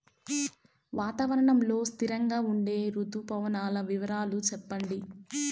వాతావరణం లో స్థిరంగా ఉండే రుతు పవనాల వివరాలు చెప్పండి?